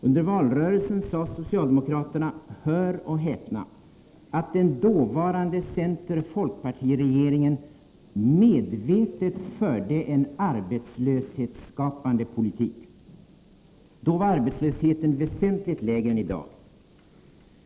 Under valrörelsen talade socialdemokraterna — hör och häpna — om att den dåvarande centerfolkpartiregeringen medvetet förde en arbetslöshetsskapande politik. Då var arbetslösheten väsentligt lägre än i dag.